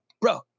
bro